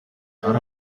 hari